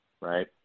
right